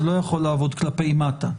זה לא יכול לעבוד כלפי מטה.